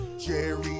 Jerry